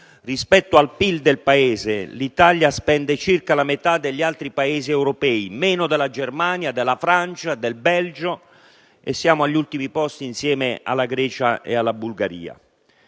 Rispetto al suo PIL, l'Italia spende circa la metà degli altri Paesi europei: meno della Germania, della Francia, del Belgio e siamo agli ultimi posti, insieme alla Grecia e alla Bulgaria.